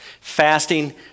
fasting